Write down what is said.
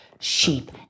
sheep